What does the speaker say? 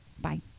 Bye